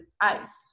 ICE